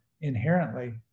inherently